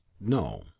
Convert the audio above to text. No